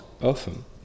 often